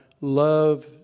love